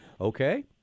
Okay